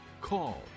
call